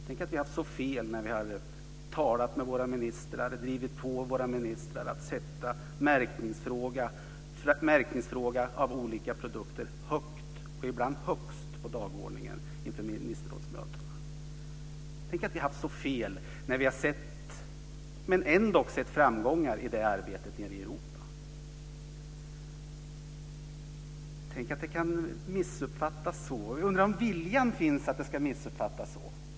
Tänk att vi har haft så fel när vi har talat med våra ministrar, drivit på våra ministrar att sätta märkning av olika produkter högt, ibland högst, på dagordningen inför ministerrådsmöten. Tänk att vi har haft så fel, men ändå sett framgångar i arbetet i Europa. Tänk att det kan missuppfattas så. Jag undrar om viljan finns att det ska missuppfattas så?